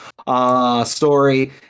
story